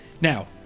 Now